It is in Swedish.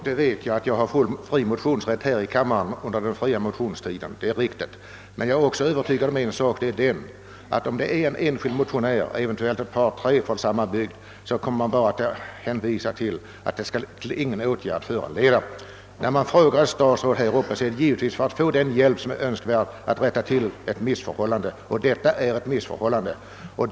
Herr talman! Jag vet att jag har fri motionsrätt under den allmänna motionstiden, men jag är också övertygad om att en motion från en eller kanske ett par tre ledamöter från samma bygd inte kommer att föranleda någon riksdagens åtgärd. När man frågar ett statsråd här i kammaren, är det givetvis för att få hjälp med att rätta till ett missförhållande. Och detta är ett missförhållande.